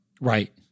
Right